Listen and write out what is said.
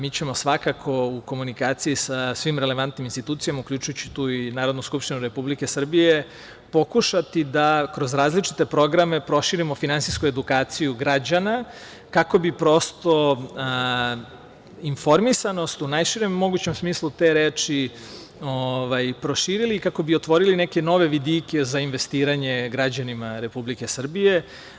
Mi ćemo svakako u komunikaciji sa svim relevantnim institucijama, uključujući tu i Narodnu skupštinu Republike Srbije, pokušati da, kroz različite programe, proširimo finansijsku edukaciju građana kako bi, prosto, informisanost u najširom mogućem smislu te reči proširili, kako bi otvorili neke nove vidike za investiranje građanima Republike Srbije.